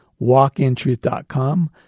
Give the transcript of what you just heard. walkintruth.com